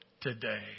today